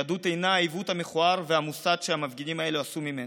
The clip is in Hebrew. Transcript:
יהדות אינה העיוות המכוער והמוסת שהמפגינים האלה עשו ממנה.